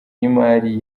y’imari